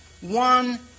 one